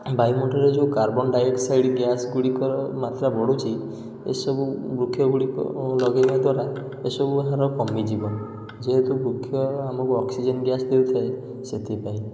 ବାୟୁମଣ୍ଡଳରେ ଯେଉଁ carbon dioxide gas ଗୁଡ଼ିକ ମାତ୍ରା ବଢ଼ୁଛି ଏସବୁ ବୃକ୍ଷଗୁଡ଼ିକ ଲଗେଇବା ଦ୍ୱାରା ଏସବୁ ହାର କମିଯିବ ଯେହେତୁ ବୃକ୍ଷ ଆମକୁ ଅକ୍ସିଜେନ୍ ଗ୍ୟାସ୍ ଦେଇଥାଏ ସେଥିପାଇଁ